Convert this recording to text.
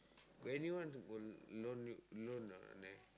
got anyone to borrow loan loan not like